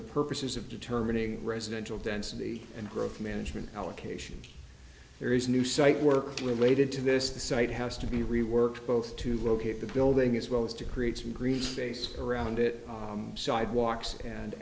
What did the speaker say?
the purposes of determining residential density and growth management allocations there is new site worked related to this the site has to be reworked both to locate the building as well as to create some grease space around it sidewalks and